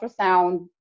ultrasound